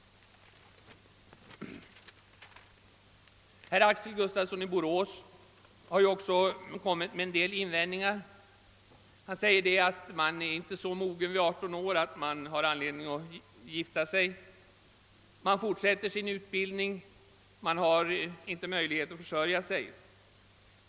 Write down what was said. Också herr Gustafsson i Borås har gjort vissa invändningar. Han menar att man inte är så mogen vid 18 års ålder att man har anledning att gifta sig. Man måste då fortsätta sin utbildning och har inte möjlighet att försörja sig.